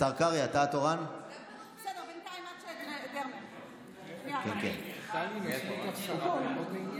כבר התפטר מהנורבגי או עוד לא?